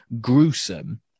gruesome